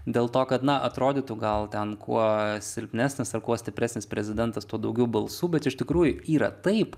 dėl to kad na atrodytų gal ten kuo silpnesnis ar kuo stipresnis prezidentas tuo daugiau balsų bet iš tikrųjų yra taip